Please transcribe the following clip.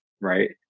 right